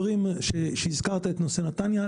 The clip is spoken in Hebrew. הזכרת את נושא נתניה.